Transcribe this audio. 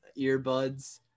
earbuds